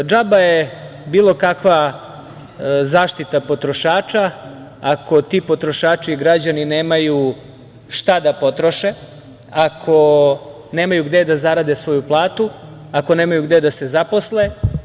Džaba je bilo kakva zaštita potrošača, ako ti potrošači i građani nemaju šta da potroše, ako nemaju gde da zarade svoju platu, ako nemaju gde da se zaposle.